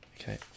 Okay